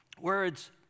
Words